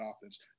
offense